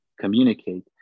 communicate